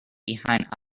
behind